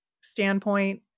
standpoint